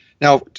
Now